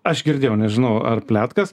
aš girdėjau nežinau ar pletkas